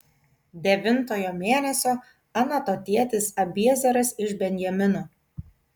devintojo mėnesio anatotietis abiezeras iš benjamino